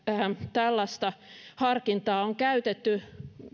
tällaista harkintaa on käytetty